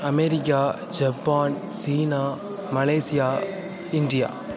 America Japan சீனா Malaysia India